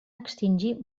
extingir